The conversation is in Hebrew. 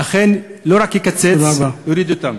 אכן, לא רק יקצץ בהן, יוריד אותן.